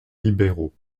libéraux